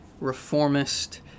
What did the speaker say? reformist